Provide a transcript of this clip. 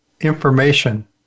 information